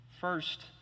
First